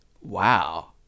Wow